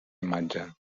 imatge